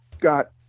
got